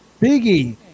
Biggie